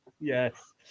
yes